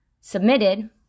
Submitted